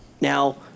now